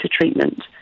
treatment